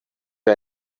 wir